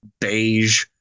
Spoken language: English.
beige